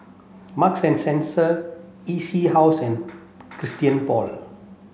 Marks and Spencer E C House and Christian Paul